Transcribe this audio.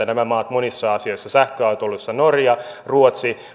nämä maat ovat edelläkävijöitä monissa asioissa norja sähköautoilussa ja ruotsi